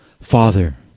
Father